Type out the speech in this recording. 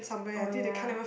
oh ya